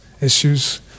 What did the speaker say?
issues